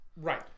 Right